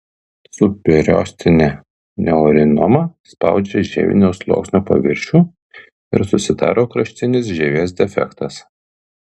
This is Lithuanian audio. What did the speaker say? subperiostinė neurinoma spaudžia žievinio sluoksnio paviršių ir susidaro kraštinis žievės defektas